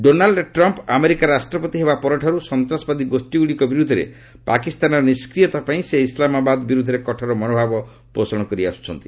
Donald Trump ଆମେରିକାର ରାଷ୍ଟ୍ରପତି ହେବା ପରଠାରୁ ସନ୍ତାସବାଦୀ ଗୋଷୀଗୁଡ଼ିକ ବିରୁଦ୍ଧରେ ପାକିସ୍ତାନର ନିଷ୍କ୍ରିୟତାପାଇଁ ସେ ଇସ୍ଲାମାବାଦ ବିରୁଦ୍ଧରେ କଠୋର ମନୋଭାବ ପୋଷଣ କରିଆସୁଛନ୍ତି